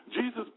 Jesus